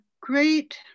great